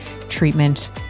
treatment